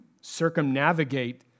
circumnavigate